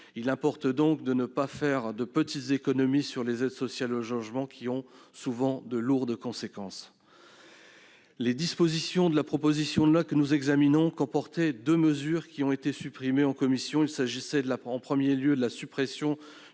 Il importe donc de ne pas faire de petites économies sur les aides sociales au logement, car elles sont souvent lourdes de conséquences. La proposition de loi que nous examinons comportait deux mesures qui ont été supprimées en commission. Il s'agissait, en premier lieu, de la suppression